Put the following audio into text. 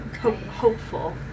Hopeful